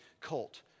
cult